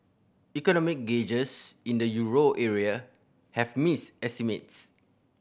economic gauges in the euro area have missed estimates